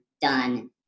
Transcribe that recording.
done